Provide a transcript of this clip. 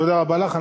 תודה רבה לך.